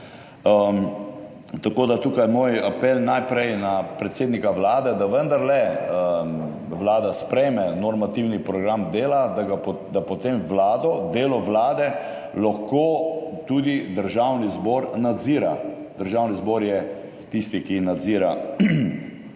Tako da tukaj je moj apel najprej na predsednika Vlade, da vendarle Vlada sprejme normativni program dela, da potem vlado, delo vlade lahko tudi Državni zbor nadzira. Državni zbor je tisti, ki nadzira